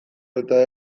eta